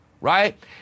right